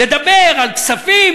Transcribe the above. לדבר על כספים?